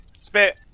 Spit